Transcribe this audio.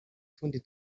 tundi